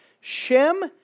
Shem